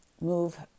move